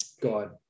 God